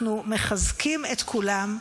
אנחנו מחזקים את כולם,